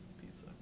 pizza